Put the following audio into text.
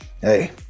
hey